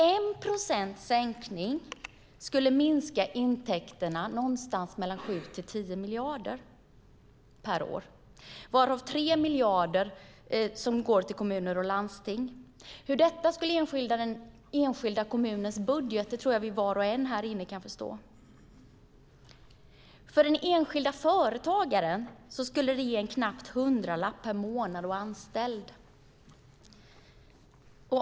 En sänkning med 1 procentenhet skulle minska intäkterna med 7-10 miljarder per år, varav 3 miljarder gäller kommuner och landsting. Hur det skulle påverka den enskilda kommunens budget kan nog var och en av oss förstå. För den enskilda företagaren skulle det ge en knapp hundralapp per månad och anställd.